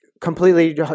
completely